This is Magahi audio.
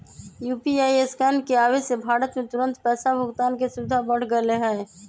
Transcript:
यू.पी.आई स्कैन के आवे से भारत में तुरंत पैसा भुगतान के सुविधा बढ़ गैले है